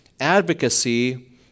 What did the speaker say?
advocacy